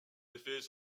effets